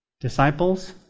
disciples